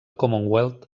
commonwealth